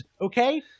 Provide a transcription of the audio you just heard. Okay